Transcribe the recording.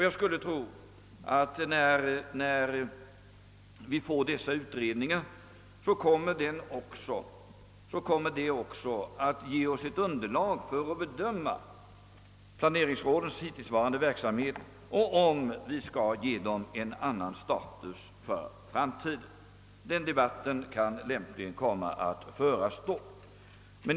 Jag skulle tro att när dessa utredningar lämnas så kommer de också att ge oss ett underlag för att bedöma planeringsrådens hittillsvarande verksamhet och om vi skall ge dem en annan status för framtiden. Den debatten kan lämpligen föras då.